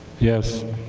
yes.